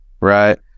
right